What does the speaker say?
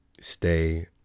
stay